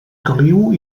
caliu